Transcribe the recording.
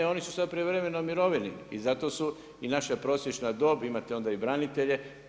Oni su sad u prijevremenoj mirovini i zato su i naša prosječna dob, imate onda i branitelje.